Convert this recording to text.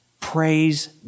praise